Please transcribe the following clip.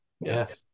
Yes